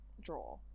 draw